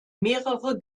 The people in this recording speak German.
mehrere